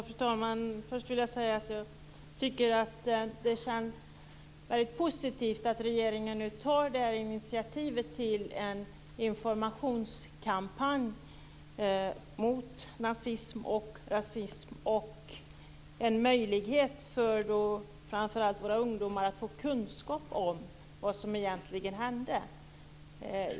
Fru talman! Först vill jag säga att jag tycker att det känns positivt att regeringen tar initiativ till en informationskampanj mot nazism och rasism och ger framför allt våra ungdomar möjlighet att få kunskap om vad som egentligen hände.